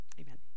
Amen